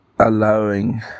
allowing